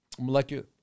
molecular